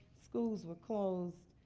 schools were closed.